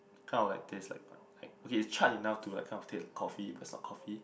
kind of like taste like like okay it's charred enough to like kind of taste like coffee because it's not coffee